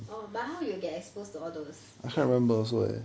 oh but how you get exposed to all those thing